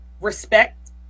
Respect